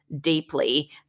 deeply